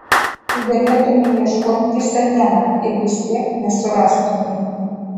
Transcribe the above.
tu galėtumei ieškot visą dieną ir vis tiek nesurastumei